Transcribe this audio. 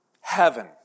Heaven